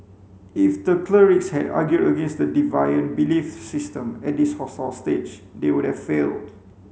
if the clerics had argued against the deviant belief system at this hostile stage they would have failed